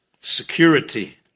security